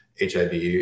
HIV